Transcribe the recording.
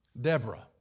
Deborah